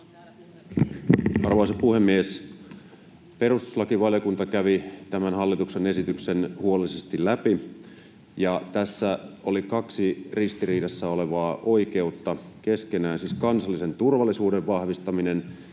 Arvoisa puhemies! Perustuslakivaliokunta kävi tämän hallituksen esityksen huolellisesti läpi. Tässä oli kaksi ristiriidassa olevaa oikeutta keskenään, siis kansallisen turvallisuuden vahvistaminen